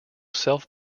self